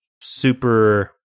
super